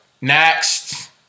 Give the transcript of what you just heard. next